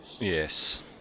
Yes